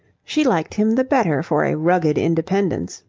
she liked him the better for a rugged independence,